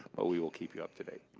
but we will keep you up to date.